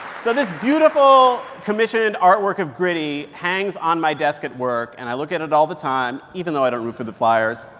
so this beautiful commissioned artwork of gritty hangs on my desk at work. and i look at it all the time, even though i don't root for the flyers.